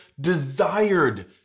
desired